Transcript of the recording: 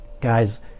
Guys